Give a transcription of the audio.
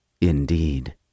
Indeed